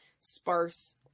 sparse